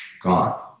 gone